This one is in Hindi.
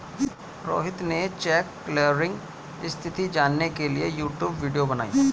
रोहित ने चेक क्लीयरिंग स्थिति जानने के लिए यूट्यूब वीडियो बनाई